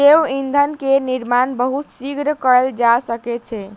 जैव ईंधन के निर्माण बहुत शीघ्र कएल जा सकै छै